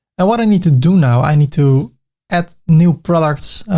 and what i need to do now, i need to add new products,